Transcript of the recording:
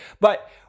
but-